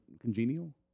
congenial